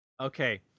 Okay